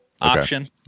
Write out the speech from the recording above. option